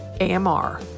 AMR